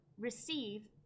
receive